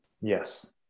Yes